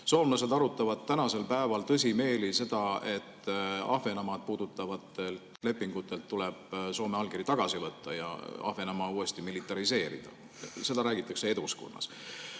Soomlased arutavad tänasel päeval tõsimeeli seda, et Ahvenamaad puudutavatelt lepingutelt tuleb Soome allkiri tagasi võtta ja Ahvenamaa uuesti militariseerida. Seda räägitakse Eduskunnas.